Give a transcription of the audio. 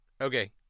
Okay